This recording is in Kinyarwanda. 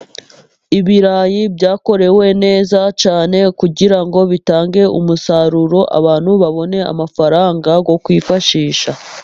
Ibirayi byakorewe neza cyane kugira ngo bitange umusaruro abantu babone amafaranga yo kwifashisha.